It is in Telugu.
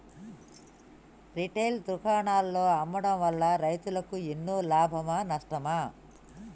రిటైల్ దుకాణాల్లో అమ్మడం వల్ల రైతులకు ఎన్నో లాభమా నష్టమా?